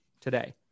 today